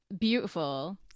beautiful